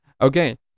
Okay